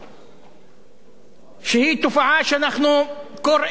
תופעה שאנחנו קוראים לחדול ממנה,